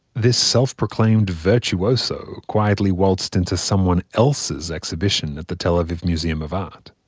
this self-proclaimed virtuoso quietly waltzed into someone else's exhibition at the tel aviv museum of art.